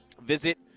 Visit